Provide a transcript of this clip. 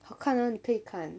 好看啊你可以看